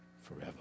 forever